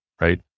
right